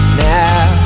now